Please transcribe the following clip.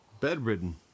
Bedridden